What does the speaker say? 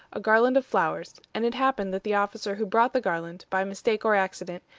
a garland of flowers, and it happened that the officer who brought the garland, by mistake or accident,